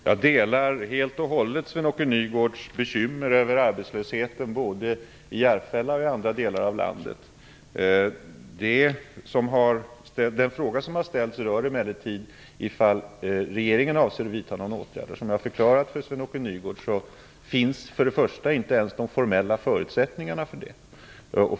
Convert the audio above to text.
Fru talman! Jag delar helt och hållet Sven-Åke Nygårds bekymmer över arbetslösheten i både Järfälla och andra delar av landet. Den fråga som har ställts rör emellertid ifall regeringen avser att vidta några åtgärder. Som jag förklarade för Sven-Åke Nygårds finns för det första inte ens de formella förutsättningarna för detta.